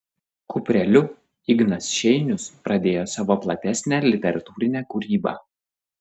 kupreliu ignas šeinius pradėjo savo platesnę literatūrinę kūrybą